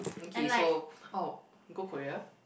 okay so oh go Korea